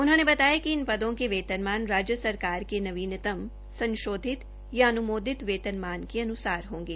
उन्होंने बताया कि इन पदो के वेतनमान राज्य सरकार के नवीनतम संशोधित या अनुमोदित वेतनमान के अनुसार होंगे